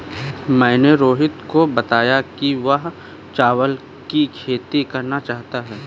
मैंने रोहित को बताया कि वह चावल की खेती करना चाहता है